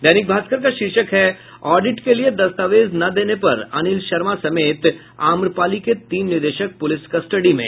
दैनिक भास्कर का शीर्षक है ऑडिट के लिये दस्तावेज न देने पर अनिल शर्मा समेत आम्रपाली के तीन निदेशक पुलिस कस्टडी में